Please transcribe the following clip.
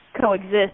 coexist